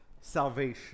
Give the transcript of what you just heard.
salvation